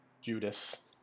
Judas